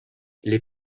les